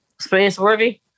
space-worthy